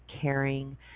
caring